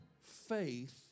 faith